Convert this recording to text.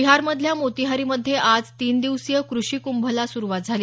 बिहारमधल्या मोतीहारीमध्ये आज तीन दिवसीय कृषी कुंभला सुरुवात झाली